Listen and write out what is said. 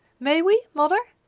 may we, mother?